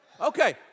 Okay